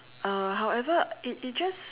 uh however it it just